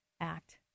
act